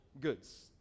goods